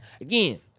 again